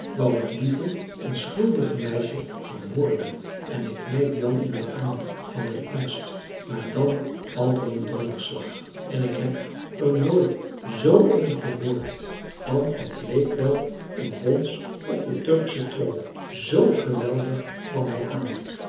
het lieve onschuldige meisje vermoorden en ik knijp jan in den arm van den angst maar dan valt er een donderslag en ik heb er nooit zoo een gehoord want het leek wel een bons op de turksche trom zoo geweldig kwam hij aan